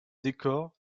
décors